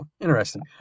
interesting